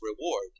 reward